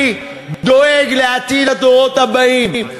אני דואג לעתיד הדורות הבאים.